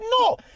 No